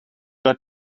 got